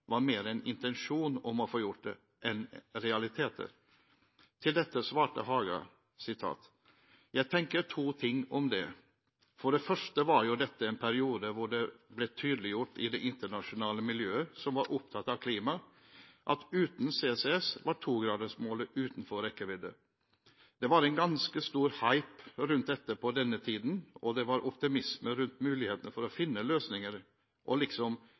var mer en intensjon om å få gjort det enn realiteter. Til dette svarte Haga: «Jeg tenker det er to ting å si om det. For det første var jo dette en periode da det ble tydeliggjort i det internasjonale miljøet som var opptatt av klima, at uten CCS var togradersmålet utenfor rekkevidde. Det var en ganske stor «hype» rundt dette på den tida, og det var en optimisme rundt mulighetene for å finne løsninger og liksom